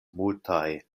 multaj